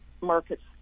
markets